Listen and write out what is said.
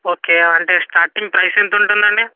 okay అంటే starting price ఎంత ఉంటుంది అండి